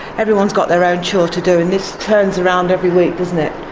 everyone has got their own chore to do, and this turns around every week, doesn't it,